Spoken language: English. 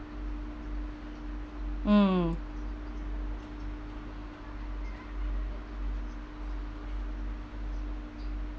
mm